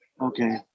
Okay